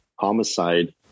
homicide